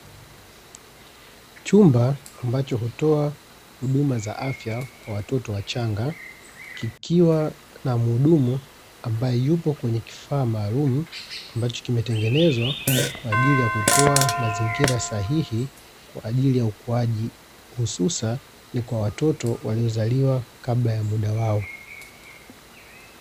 Chumba ambacho hutoa huduma za afya kwa watoto wachanga, kikiwa na mhudumu ambaye yupo kwenye kifaa maalumu, ambacho kimetengezwa kwa ajili ya kutoa mazingira sahihi kwa ajili ya ukuaji, hususani kwa watoto waliozaliwa kabla ya muda wao.